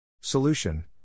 Solution